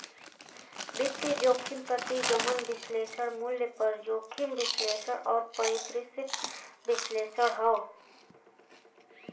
वित्तीय जोखिम प्रतिगमन विश्लेषण, मूल्य पर जोखिम विश्लेषण और परिदृश्य विश्लेषण हौ